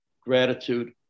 gratitude